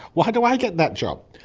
why do i get that job?